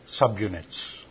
subunits